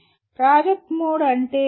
project mode అంటే ఏమిటి